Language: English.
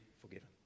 forgiven